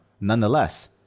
nonetheless